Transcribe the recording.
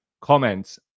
comments